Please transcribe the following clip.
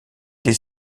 des